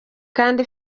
kandi